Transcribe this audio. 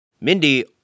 Mindy